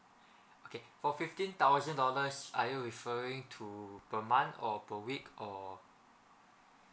okay for fifteen thousand dollars are you referring to per month or per week or